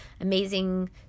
amazing